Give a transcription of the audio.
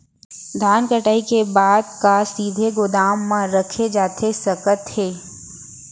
धान कटाई के बाद का सीधे गोदाम मा रखे जाथे सकत हे?